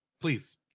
Please